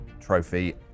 trophy